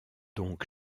donc